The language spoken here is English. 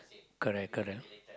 correct correct